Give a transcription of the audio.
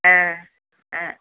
ஆ ஆ